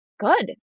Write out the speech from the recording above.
good